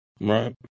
Right